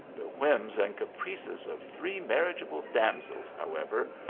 the whims and caprices of three marriageable damsf is, however,